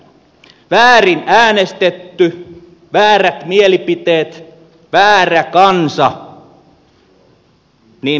väärin äänestetty väärät mielipiteet väärä kansa